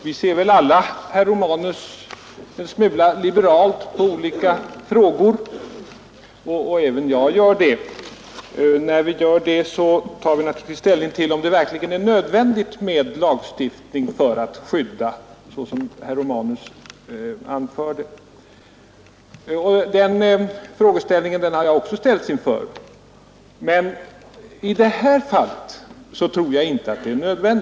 Herr talman! Vi ser väl alla en smula liberalt på olika frågor, herr Romanus, och även jag gör det. Då tar vi naturligtvis ställning till om det verkligen är nödvändigt med lagstiftning för att skydda människor på det sätt som herr Romanus anförde. Den frågeställningen har jag också ställts inför, och jag tror inte att lagstiftning är nödvändig i det här fallet.